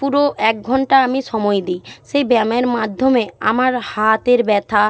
পুরো এক ঘণ্টা আমি সময় দিই সেই ব্যায়ামের মাধ্যমে আমার হাতের ব্যথা